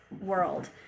world